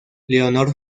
leonor